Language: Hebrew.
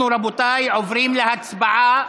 אנחנו, רבותיי, עוברים להצבעה